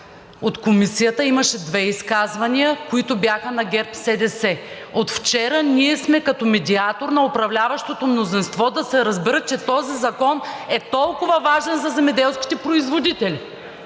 в Комисията имаше две изказвания, които бяха на ГЕРБ-СДС. От вчера ние сме като медиатор на управляващото мнозинство да се разберат, че този закон е толкова важен за земеделските производители,